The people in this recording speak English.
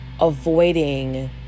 avoiding